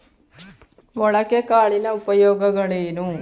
ಮೊಳಕೆ ಕಾಳಿನ ಉಪಯೋಗಗಳೇನು?